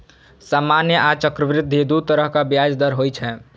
सामान्य आ चक्रवृद्धि दू तरहक ब्याज दर होइ छै